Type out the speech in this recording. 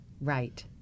right